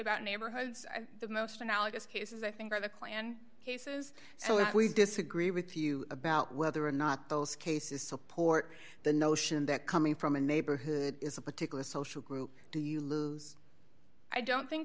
about neighborhoods and the most analogous cases i think are the klan cases so if we disagree with you about whether or not those cases support the notion that coming from a neighborhood is a particular social group do you lose i don't